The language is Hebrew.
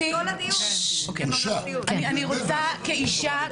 אני רוצה כאשה,